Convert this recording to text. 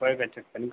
कोई टेंशन नी